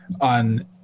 on